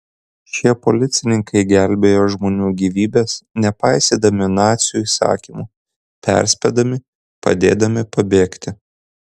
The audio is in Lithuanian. šie policininkai gelbėjo žmonių gyvybes nepaisydami nacių įsakymų perspėdami padėdami pabėgti